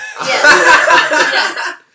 yes